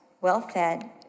well-fed